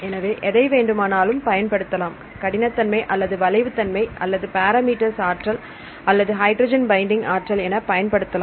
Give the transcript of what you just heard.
எனவே எதை வேண்டுமானாலும் பயன்படுத்தலாம் கடினத்தன்மை அல்லது வளைவு தன்மை அல்லது பேரா மீட்டர் ஆற்றல் அல்லது ஹைட்ரஜன் பைண்டிங் ஆற்றல் என பயன்படுத்தலாம்